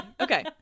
okay